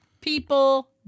people